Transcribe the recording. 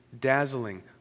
dazzling